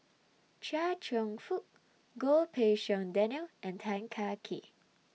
Chia Cheong Fook Goh Pei Siong Daniel and Tan Kah Kee